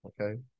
okay